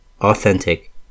authentic